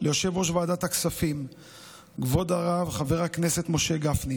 ליושב-ראש ועדת הכספים כבוד הרב חבר הכנסת משה גפני,